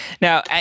Now